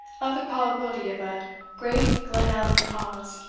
of the probability of a great glenallan cause.